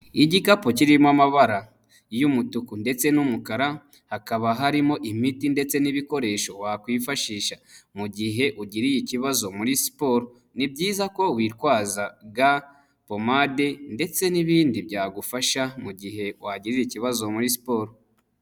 Igikapu kirimo amabara y'umutuku ndetse n'umukara, hakaba harimo imiti ndetse n'ibikoresho wakwifashisha mu gihe ugiriye ikibazo muri siporo. Ni byiza ko witwaza ga, pomade ndetse n'ibindi byagufasha mu mu gihe wagirira ikibazo muri siporo.